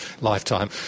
lifetime